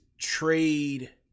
trade